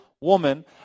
woman